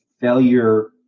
failure